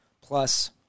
Plus